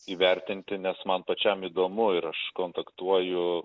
įvertinti nes man pačiam įdomu ir aš kontaktuoju